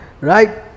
Right